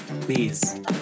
Please